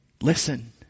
listen